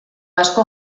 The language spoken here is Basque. asko